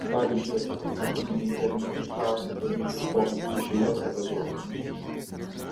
pavyzdžiui apie tai kad tu mane įtarinėji ir klausi apie penkis postus iš eilės apie zuoką